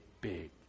big